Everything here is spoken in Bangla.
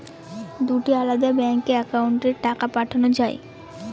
দুটি আলাদা ব্যাংকে অ্যাকাউন্টের টাকা পাঠানো য়ায়?